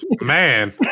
man